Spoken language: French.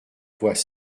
voix